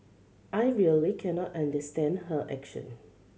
I really cannot understand her action